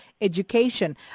education